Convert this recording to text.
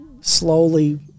slowly